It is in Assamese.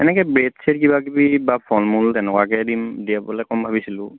এনেকৈ ব্ৰেড চেট কিবাকিবি বা ফলমূল তেনেকুৱাকৈ দিম দিবলৈ কম ভাবিছিলোঁ